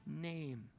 name